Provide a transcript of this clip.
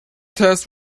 test